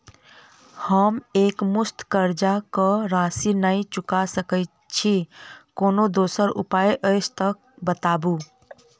हम एकमुस्त कर्जा कऽ राशि नहि चुका सकय छी, कोनो दोसर उपाय अछि तऽ बताबु?